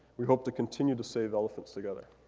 we hope to continue to save elephants together.